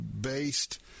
based